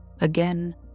Again